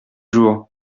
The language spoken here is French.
jours